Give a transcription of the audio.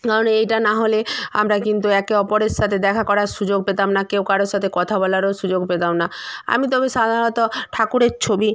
নাহলে এইটা না হলে আমরা কিন্তু একে অপরের সাথে দেখা করার সুযোগ পেতাম না কেউ কারও সাথে কথা বলারও সুযোগ পেতাম না আমি তবে সাধারণত ঠাকুরের ছবি